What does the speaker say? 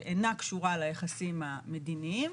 שאינה קשורה ליחסים המדיניים.